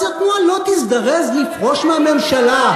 אז התנועה לא תזדרז לפרוש מהממשלה.